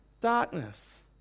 darkness